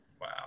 Wow